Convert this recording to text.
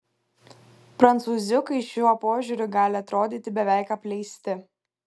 prancūziukai šiuo požiūriu gali atrodyti beveik apleisti